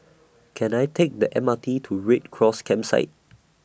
Can I Take The M R T to Red Cross Campsite